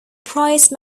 price